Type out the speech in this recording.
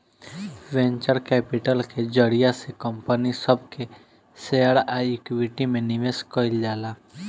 venture capital के जरिया से कंपनी सब के शेयर आ इक्विटी में निवेश कईल जाला